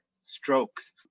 strokes